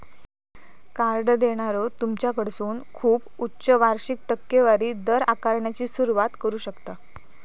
card देणारो तुमच्याकडसून खूप उच्च वार्षिक टक्केवारी दर आकारण्याची सुरुवात करू शकता